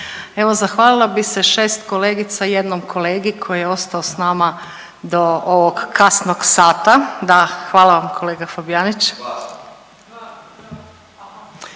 Evo zahvalila bih se šest kolegica i jednom kolegi koji je ostao s nama do ovog kasnog sata, da hvala vam kolega Fabijanić …/Upadica